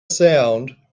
sound